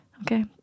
Okay